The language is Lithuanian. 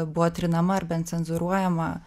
buvo trinama ar bent cenzūruojama